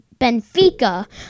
Benfica